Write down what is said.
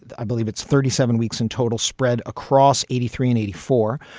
i believe it's thirty seven weeks in total spread across eighty three and eighty four.